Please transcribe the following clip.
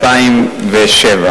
ב-2007.